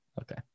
Okay